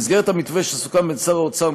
במסגרת המתווה שסוכם בין שר האוצר,